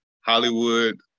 Hollywood